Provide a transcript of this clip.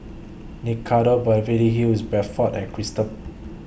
Beverly Hills Bradford and Chipster